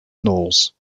knowles